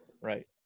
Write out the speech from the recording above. Right